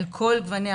על כל גווניה,